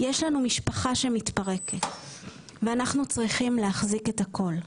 יש לנו משפחה שמתפרקת ואנחנו צריכים להחזיק את הכול.